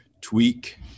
tweak